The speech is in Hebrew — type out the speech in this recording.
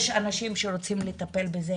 יש אנשים שרוצים לטפל בזה,